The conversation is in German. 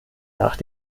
nach